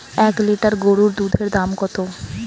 এক লিটার গোরুর দুধের দাম কত?